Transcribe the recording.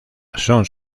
son